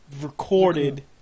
recorded